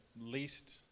least